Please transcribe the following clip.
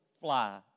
fly